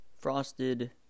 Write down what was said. Frosted